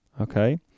okay